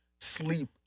sleep